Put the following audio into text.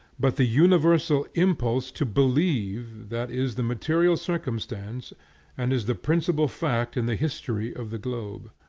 but the universal impulse to believe, that is the material circumstance and is the principal fact in the history of the globe.